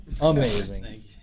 Amazing